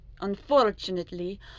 Unfortunately